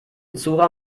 zora